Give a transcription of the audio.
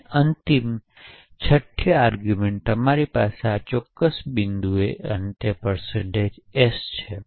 અંતિમ વસ્તુ છઠ્ઠા આરગ્યૂમેંટ તમારી પાસે આ ચોક્કસ બિંદુ અને s છે